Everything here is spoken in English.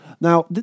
Now